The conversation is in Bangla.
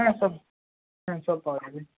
হ্যাঁ সব হ্যাঁ সব পাওয়া যাবে